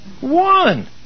One